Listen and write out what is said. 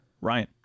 Ryan